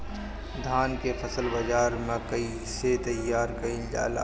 धान के फसल बाजार के लिए कईसे तैयार कइल जाए?